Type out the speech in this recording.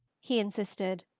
he insisted.